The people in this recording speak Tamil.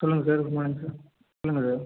சொல்லுங்கள் சார் குட்மார்னிங் சார் சொல்லுங்கள் சார்